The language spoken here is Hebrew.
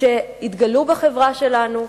שהתגלו בחברה שלנו.